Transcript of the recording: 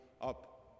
up